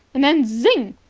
and then zing.